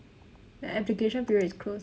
the application period is closed